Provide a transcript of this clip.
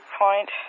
point